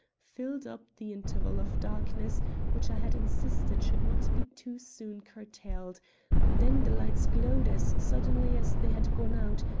filled up the interval of darkness which i had insisted should not be too soon curtailed then the lights glowed as suddenly as they had gone out,